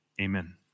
Amen